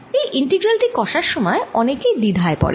এই ইন্টিগ্রাল টি কষার সময় অনেকেই দ্বিধায় পড়ে